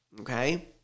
okay